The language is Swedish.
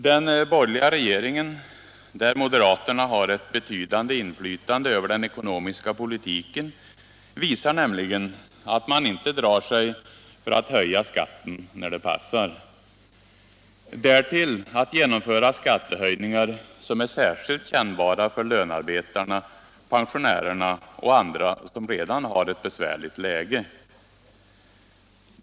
Den borgerliga regeringen, där moderaterna har ett betydande inflytande över den ekonomiska politiken, visar nämligen att man inte drar sig för att höja skatten när det passar, därtill att genomföra skattehöjningar som är särskilt kännbara för lönarbetarna, pensionärerna och andra som redan har ett besvärligt läge.